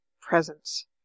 presence